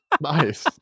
Nice